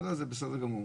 לא, זה בסדר גמור.